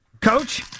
coach